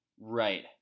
Right